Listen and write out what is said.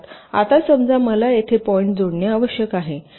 आता समजा मला येथे पॉईंट जोडणे आवश्यक आहे